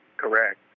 Correct